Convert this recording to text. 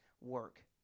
work